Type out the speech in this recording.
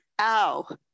ow